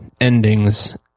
endings